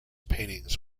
paintings